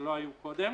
שלא היו קודם.